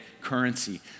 currency